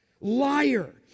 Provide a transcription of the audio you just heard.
Liar